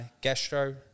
gastro